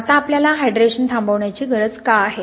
आता आपल्याला हायड्रेशन थांबवण्याची गरज का आहे